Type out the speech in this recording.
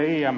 stä